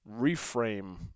reframe